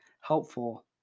helpful